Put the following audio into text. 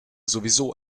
sowieso